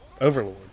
Overlord